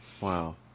Wow